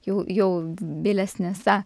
jau jau vėlesnėse